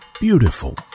beautiful